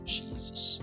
Jesus